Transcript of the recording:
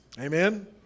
Amen